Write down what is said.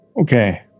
Okay